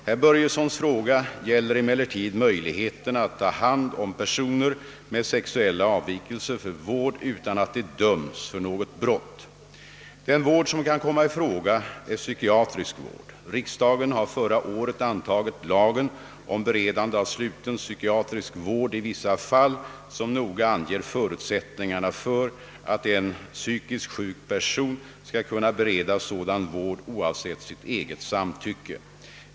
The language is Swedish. Herr Börjessons fråga gäller emellertid möjligheterna att ta hand om personer med sexuella avvikelser för vård utan att de dömts för något brott. Den vård som kan komma i fråga är psykiatrisk vård. Riksdagen har förra året antagit lagen om beredande av sluten psykiatrisk vård i vissa fall; som noga anger förutsättningarna för att en psykiskt sjuk person skall kunna beredas sådan vård oavsett sitt eget samtycke.